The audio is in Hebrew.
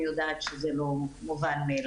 אני יודעת שזה לא מובן מאליו.